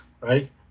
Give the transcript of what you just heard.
right